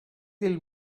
till